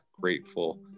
grateful